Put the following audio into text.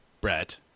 Brett